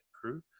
crew